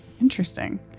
Interesting